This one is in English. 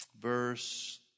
Verse